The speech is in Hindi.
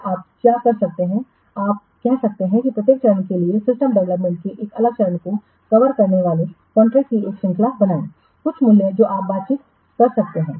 फिर आप क्या कर सकते हैं आप कर सकते हैं प्रत्येक चरण के लिए सिस्टम डेवलपमेंट के एक अलग चरण को कवर करने वाले कॉन्ट्रैक्टस की एक श्रृंखला बनाएं कुछ मूल्य जो आप बातचीत कर सकते हैं